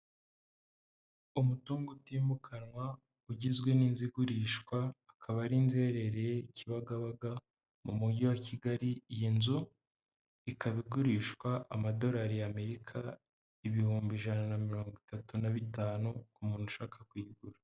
Umutungo utimukanwa ugizwe n'inzu igurishwa, ikaba ari inzu iherereye Kibagabaga mu mujyi wa Kigali, iyi nzu ikaba igurishwa amadorari y'Amerika, ibihumbi ijana na mirongo itatu na bitanu, ku muntu ushaka kuyigura.